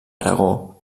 aragó